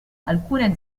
alcune